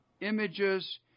images